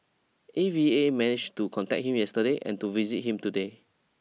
A V A managed to contact him yesterday and to visit him today